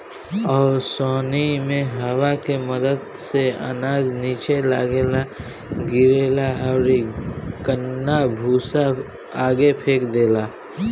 ओसौनी मे हवा के मदद से अनाज निचे लग्गे गिरेला अउरी कन्ना भूसा आगे फेंक देला